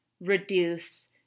reduce